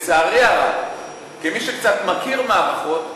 לצערי הרב,